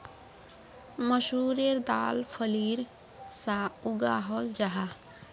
मसूरेर दाल फलीर सा उगाहल जाहा